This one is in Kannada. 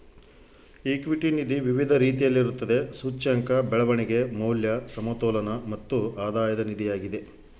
ಈಕ್ವಿಟಿ ನಿಧಿ ವಿವಿಧ ರೀತಿಯಲ್ಲಿರುತ್ತದೆ, ಸೂಚ್ಯಂಕ, ಬೆಳವಣಿಗೆ, ಮೌಲ್ಯ, ಸಮತೋಲನ ಮತ್ತು ಆಧಾಯದ ನಿಧಿಯಾಗಿದೆ